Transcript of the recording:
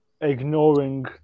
ignoring